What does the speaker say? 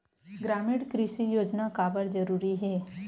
ग्रामीण कृषि योजना काबर जरूरी हे?